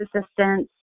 assistance